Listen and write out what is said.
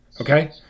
Okay